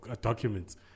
documents